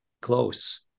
close